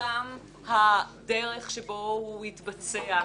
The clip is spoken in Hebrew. גם הדרך שבה הוא התבצע,